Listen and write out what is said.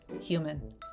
human